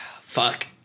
Fuck